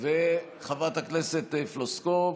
וחברת הכנסת פלוסקוב,